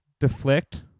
deflect